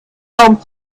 kaum